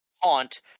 haunt